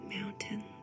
Mountains